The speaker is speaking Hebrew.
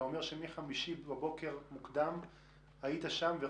אתה אומר שמחמישי בבוקר מוקדם היית שם?